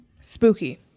Spooky